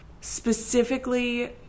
specifically